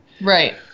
Right